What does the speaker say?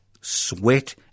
sweat